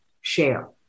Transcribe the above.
share